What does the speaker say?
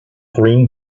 green